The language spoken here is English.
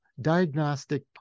diagnostic